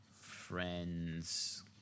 friends